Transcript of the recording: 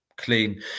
Clean